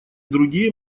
другие